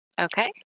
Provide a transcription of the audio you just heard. Okay